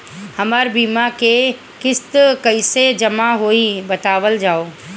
हमर बीमा के किस्त कइसे जमा होई बतावल जाओ?